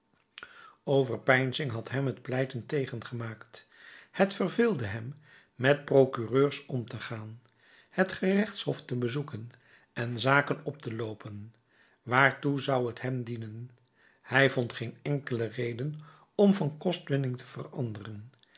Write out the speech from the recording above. overpeinzing had hem het pleiten tegen gemaakt het verveelde hem met procureurs om te gaan het gerechtshof te bezoeken en zaken op te loopen waartoe zou t hem dienen hij vond geen enkele reden om van kostwinning te veranderen